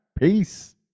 peace